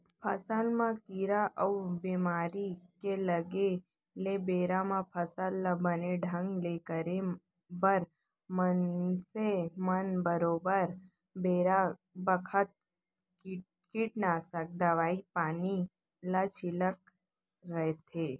फसल म कीरा अउ बेमारी के लगे ले बेरा म फसल ल बने ढंग ले करे बर मनसे मन बरोबर बेरा बखत कीटनासक दवई पानी ल छींचत रथें